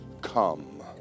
come